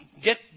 get